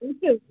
okay okay